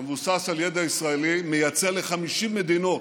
שמבוסס על ידע ישראלי, מייצא ל-50 מדינות,